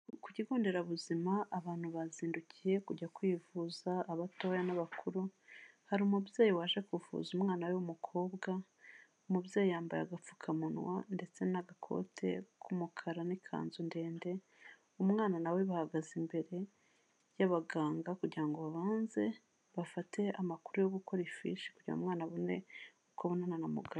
Ku kigonderabuzima abantu bazindukiye kujya kwivuza abatoya n'abakuru. Hari umubyeyi waje kuvuza umwana we w'umukobwa. Umubyeyi yambaye agapfukamunwa ndetse n'agakote k'umukara n'ikanzu ndende. Umwana na we bahagaze imbere y'abaganga kugira ngo babanze bafate amakuru yo gukora ifishi kugira umwana abone ukobonana na muganga.